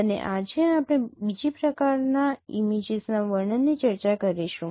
અને આજે આપણે બીજા પ્રકારની ઇમેજીસના વર્ણનની ચર્ચા કરીશું